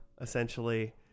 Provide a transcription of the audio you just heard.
essentially